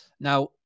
Now